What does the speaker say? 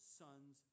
sons